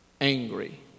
angry